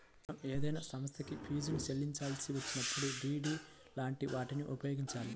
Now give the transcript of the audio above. మనం ఏదైనా సంస్థకి ఫీజుని చెల్లించాల్సి వచ్చినప్పుడు డి.డి లాంటి వాటిని ఉపయోగించాలి